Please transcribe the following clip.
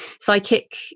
psychic